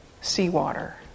seawater